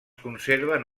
conserven